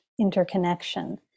interconnection